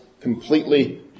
completely